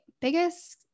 biggest